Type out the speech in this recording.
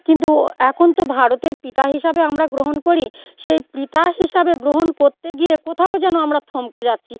কিন্তু এখন তো ভারতের পিতা হিসাবে আমরা গ্রহণ করি সেই পিতা হিসাবে গ্রহণ করতে গিয়ে কোথাও যেন আমরা থমকে যাচ্ছি